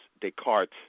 Descartes